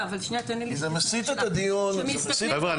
זה מסיט את הדיון --- חבר'ה,